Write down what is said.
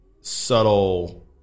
subtle